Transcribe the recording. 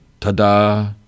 Ta-da